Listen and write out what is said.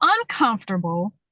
uncomfortable